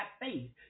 faith